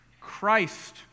Christ